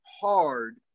hard